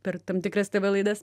per tam tikras tv laidas